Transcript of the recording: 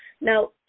Now